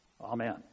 amen